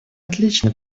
отличный